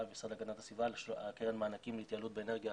והמשרד להגנת הסביבה על קרן מענקים להתייעלות באנרגיה